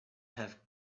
have